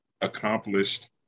accomplished